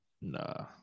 Nah